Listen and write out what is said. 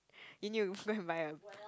and you go and buy a